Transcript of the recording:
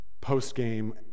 post-game